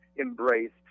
embraced